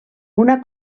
una